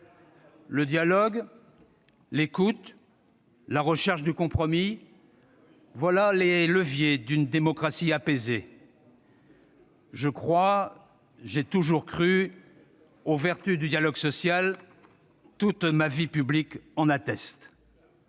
Le dialogue, l'écoute, la recherche du compromis : voilà les leviers d'une démocratie apaisée. Je crois, j'ai toujours cru, aux vertus du dialogue social : toute ma vie publique en atteste.